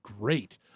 great